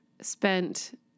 Spent